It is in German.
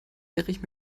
erich